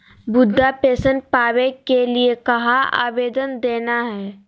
वृद्धा पेंसन पावे के लिए कहा आवेदन देना है?